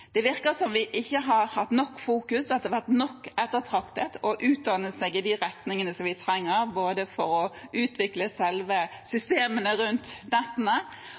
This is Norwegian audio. Det virker som om vi ikke har hatt nok fokus og vært nok ettertraktet å utdanne seg i de retningene vi trenger for å utvikle selve systemene rundt